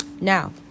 now